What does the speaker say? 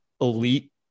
elite